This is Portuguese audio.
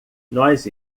nós